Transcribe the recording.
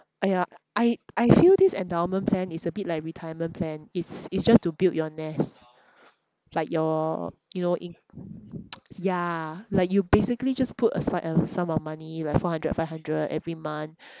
!aiya! I I feel this endowment plan is a bit like retirement plan it's it's just to build your nest like your you know in~ ya like you basically just put aside a sum of money like four hundred five hundred every month